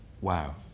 wow